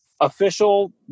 official